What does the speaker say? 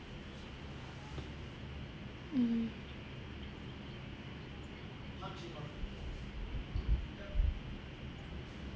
mm